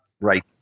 Right